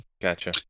Gotcha